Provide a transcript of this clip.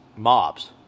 mobs